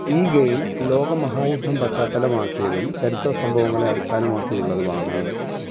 ഈ ഗെയിം ലോകമഹായുദ്ധം പശ്ചാത്തലമാക്കിയതും ചരിത്ര സംഭവങ്ങളെ അടിസ്ഥാനമാക്കിയുള്ളതുമാണ്